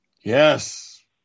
yes